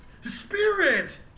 Spirit